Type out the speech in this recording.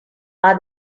are